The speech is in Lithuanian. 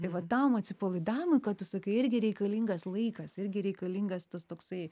tai vat tam atsipalaidavimui ką tu sakai irgi reikalingas laikas irgi reikalingas tas toksai